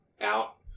out